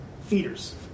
feeders